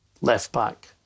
left-back